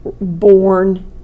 born